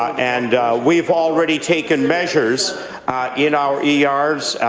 and we have already taken measures in our ers,